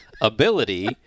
ability